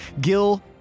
Gil